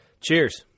Cheers